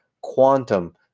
Quantum